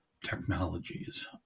Technologies